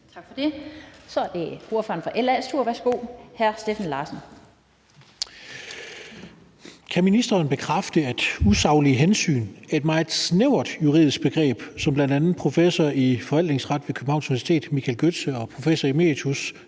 Tak for det. Så er det ordføreren for LA's tur. Værsgo, hr. Steffen Larsen. Kl. 14:47 Steffen Larsen (LA): Kan ministeren bekræfte, at usaglige hensyn er et meget snævert juridisk begreb, som bl.a. professor i forvaltningsret ved Københavns Universitet Michael Gøtzsche og professor emeritus